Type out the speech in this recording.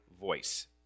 voice